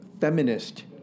feminist